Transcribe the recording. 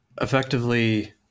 effectively